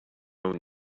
own